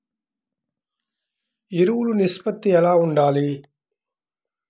ఎరువులు నిష్పత్తి ఎలా ఉండాలి?